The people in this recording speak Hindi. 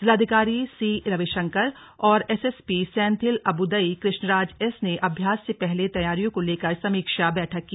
जिलाधिकारी सी रविशंकर और एसएसपी सैंथिल अबुदई कृष्णराज एस ने अभ्यास से पहले तैयारियों को लेकर समीक्षा बैठक की